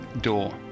door